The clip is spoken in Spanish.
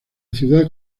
ciudad